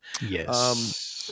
Yes